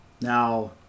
Now